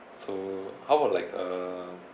so how about like uh